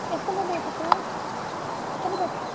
எத்தனை பேர்த்துக்கு எத்தனை பேர்த்துக்கு